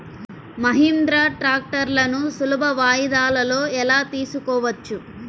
మహీంద్రా ట్రాక్టర్లను సులభ వాయిదాలలో ఎలా తీసుకోవచ్చు?